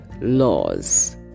laws